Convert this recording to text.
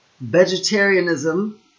vegetarianism